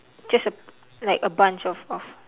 just a like a bunch of of